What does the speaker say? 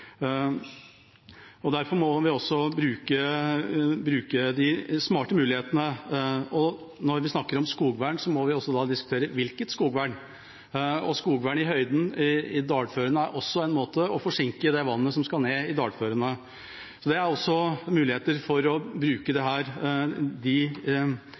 gå. Derfor må vi bruke de smarte mulighetene. Når vi snakker om skogvern, må vi diskutere hvilket skogvern. Skogvern i høyden er f.eks. å forsinke det vannet som skal ned i dalførene. Det er også muligheter for å bruke den verktøykassa vi har rigget oss med, til å sette i verk riktige tiltak, og det